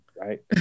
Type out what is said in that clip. right